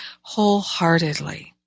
wholeheartedly